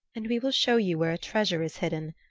and we will show you where a treasure is hidden.